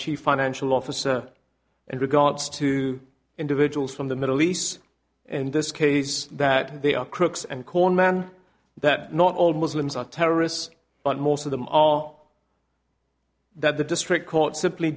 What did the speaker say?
chief financial officer in regards to individuals from the middle east in this case that they are crooks and corn man that not all muslims are terrorists but most of them are that the district court simply